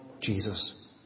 Jesus